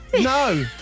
No